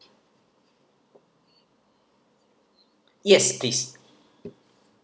yes please